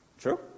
True